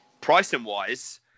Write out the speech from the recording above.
pricing-wise